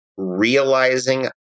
realizing